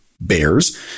bears